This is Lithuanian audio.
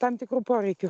tam tikrų poreikių